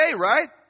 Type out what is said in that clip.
right